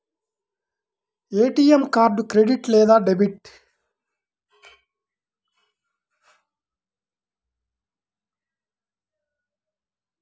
ATM card credit లేదా debit?